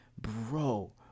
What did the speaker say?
bro